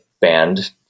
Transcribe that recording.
band